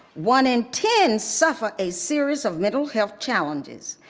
one in ten suffer a series of mental health challenges.